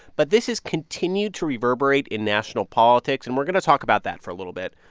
but this has continued to reverberate in national politics. and we're going to talk about that for a little bit.